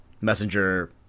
messenger